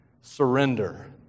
surrender